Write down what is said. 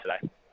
today